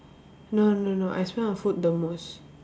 no no no I spend on food the most